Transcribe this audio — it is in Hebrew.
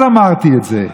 אז אמרתי את זה,